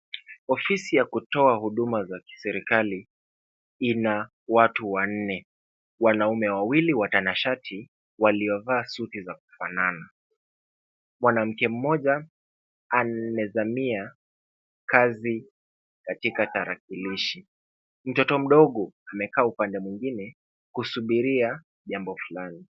Ofisi ya kutoa huduma za kiserikali, ina watu wanne. Wanaume wawili watanashati waliovaa suti za kufanana. Mwanamke mmoja amezamia kazi katika tarakilishi. Mtoto mdogo amekaa upande mwingine, kusubiria jambo fulani.